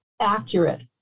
accurate